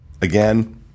Again